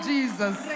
Jesus